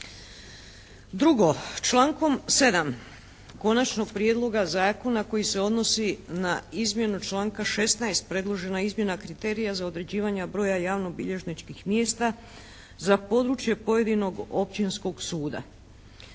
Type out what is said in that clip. Drugo, člankom 7. konačnog prijedloga zakona koji se odnosi na izmjenu članka 16. predložena izmjena kriterija za određivanje broja javno bilježničkih mjesta za područje pojedinog općinskog suda.